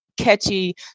catchy